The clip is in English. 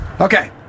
okay